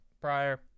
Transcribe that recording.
prior